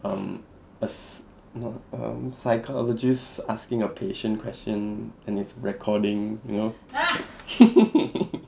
um a not um psychologist asking a patient question and it's recording you know